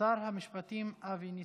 שר המשפטים אבי ניסנקורן,